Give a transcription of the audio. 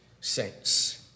saints